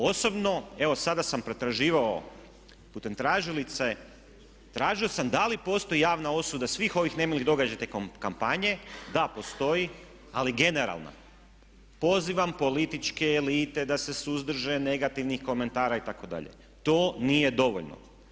Osobno, evo sada sam pretraživao putem tražilice, tražio sam da li postoji javna osuda svih ovih nemilih događaja tijekom kampanje, da postoji ali generalno pozivam političke elite da se suzdrže negativnih komentara itd. to nije dovoljno.